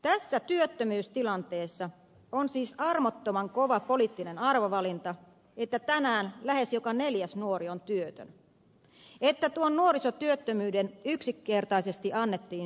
tässä työttömyystilanteessa on siis armottoman kova poliittinen arvovalinta että tänään lähes joka neljäs nuori on työtön että tuon nuorisotyöttömyyden yksinkertaisesti annettiin syntyä